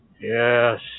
Yes